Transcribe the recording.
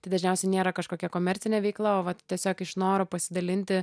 tai dažniausiai nėra kažkokia komercinė veikla o vat tiesiog iš noro pasidalinti